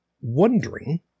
wondering